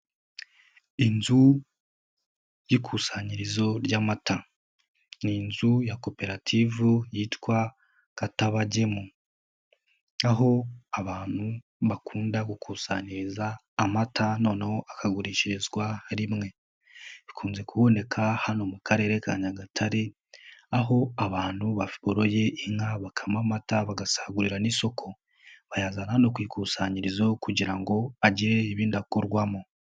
Inzu y'ikusanyirizo ry'amata, ni inzu ya koperative yitwa Katabagemu, aho abantu bakunda gukusaniriza amata noneho akagurishirizwa rimwe, bikunze kuboneka hano mu Karere ka Nyagatare aho abantu boroye inka bakaywa amata bagasagurira n'isoko, bayazana hano no kuyikusanyirizaho kugira ngo agire ibindi akorwamo.